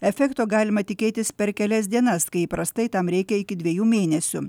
efekto galima tikėtis per kelias dienas kai įprastai tam reikia iki dviejų mėnesių